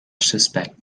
suspect